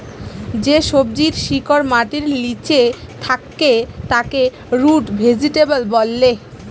যে সবজির শিকড় মাটির লিচে থাক্যে তাকে রুট ভেজিটেবল ব্যলে